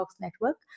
network